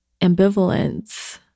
ambivalence